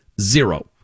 Zero